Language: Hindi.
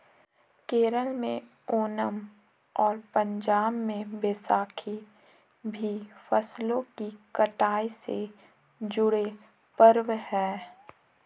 केरल में ओनम और पंजाब में बैसाखी भी फसलों की कटाई से जुड़े पर्व हैं